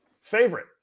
favorite